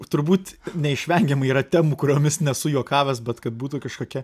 turbūt neišvengiamai yra temų kuriomis nesu juokavęs bet kad būtų kažkokia